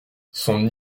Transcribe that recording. son